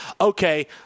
Okay